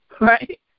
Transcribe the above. right